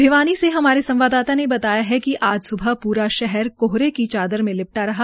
भिवानी से हमारे संवाददाता ने बताया हे कि आज सुबह पूरा शहर कोहरे की चादर में लिपटा रहा